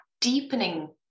deepening